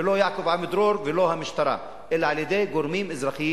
ולא על-ידי יעקב עמידרור ולא על-ידי המשטרה אלא על-ידי גורמים אזרחיים.